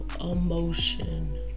emotion